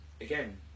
again